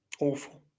Awful